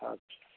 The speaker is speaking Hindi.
अच्छा